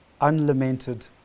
unlamented